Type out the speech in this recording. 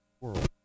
world